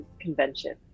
convention